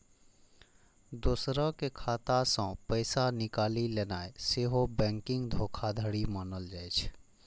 दोसरक खाता सं पैसा निकालि लेनाय सेहो बैंकिंग धोखाधड़ी मानल जाइ छै